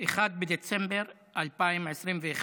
1 בדצמבר 2021,